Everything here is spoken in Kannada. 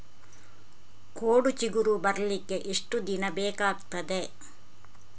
ಕೋಡು ಚಿಗುರು ಬರ್ಲಿಕ್ಕೆ ಎಷ್ಟು ದಿನ ಬೇಕಗ್ತಾದೆ?